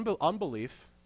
unbelief